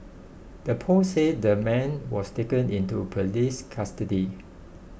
the post said the man was taken into police custody